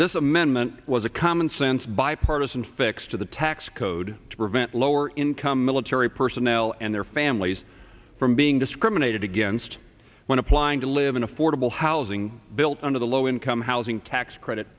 this amendment was a commonsense bipartisan fix to the tax code to prevent lower income military personnel and their fan pleas from being discriminated against when applying to live in affordable housing built under the low income housing tax credit